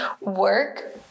work